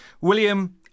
William